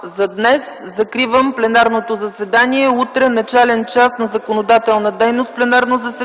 за днес. Закривам пленарното заседание. Утре начален час на законодателна дейност